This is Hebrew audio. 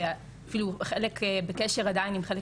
ואפילו חלק עדיין בקשר עם חלק